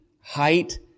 height